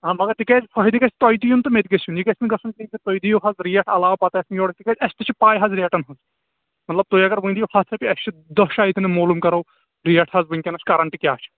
اَہَن مگر تِکیٛاز فٲیِدٕ گژھِ تۅہہِ تہِ یُن تہٕ مےٚ تہِ گژھِ يُن یہِ گژھِ نہَ گژھُن کیٚنٛہہ تُہۍ دِیِو حظ ریٹ علاوٕ پتہٕ آسہِ نہٕ یورٕ تِکیٛاز اسہِ تہِ چھِ پےَ حظ ریٹن ہٕنٛز مطلب تُہۍ اگر ؤنِو ہتھ رۅپیہِ اَسہِ چھُ دَہ جایہِ ییٚتن معلوٗم کرو ریٹ حظ وُنکیٚنس کرٛنٛٹ کیٛاہ چھِ